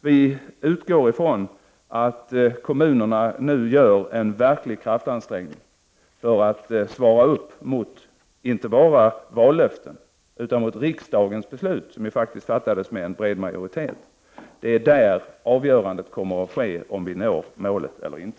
Vi utgår från att kommunerna nu gör en verklig kraftansträngning för att svara upp inte bara mot vallöften, utan mot riksdagens beslut, som faktiskt fattades med bred majoritet. Det är där avgörandet kommer att ske, om vi når målet eller inte.